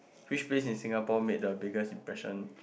which place in Singapore made the biggest impression